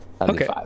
Okay